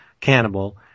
Cannibal